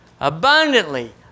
abundantly